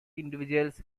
individuals